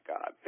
God